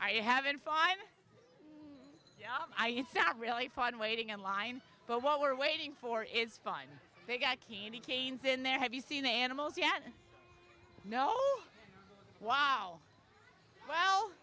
i have been fine yeah i know it's not really fun waiting in line but what we're waiting for is fun they've got candy canes in there have you seen animals yet know wow well